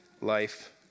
life